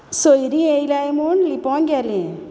सोयरी येयल्याय म्हूण लिपों गेलें